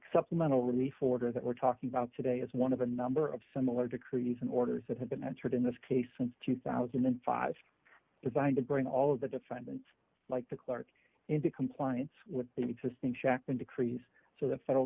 supplemental relief order that we're talking about today is one of a number of similar decrees and orders that have been entered in this case since two thousand and five designed to bring all of the defendants like the clerk into compliance with the existing shachtman decrees to the federal